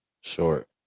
Short